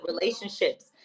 relationships